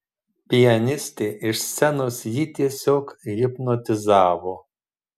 pianistė iš scenos jį tiesiog hipnotizavo